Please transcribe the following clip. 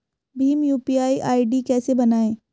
Bhim UPI ID कैसे बनाएं?